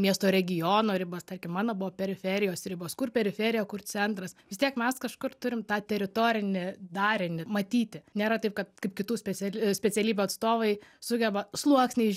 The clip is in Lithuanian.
miesto regiono ribas tarkim mano buvo periferijos ribos kur periferija kur centras vis tiek mes kažkur turim tą teritorinį darinį matyti nėra taip kad kaip kitų speciali specialybių atstovai sugeba sluoksniais